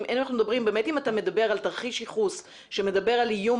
אם אתה מדבר על תרחיש ייחוס שמדבר על איום